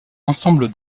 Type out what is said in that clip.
ensemble